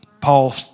Paul